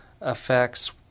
affects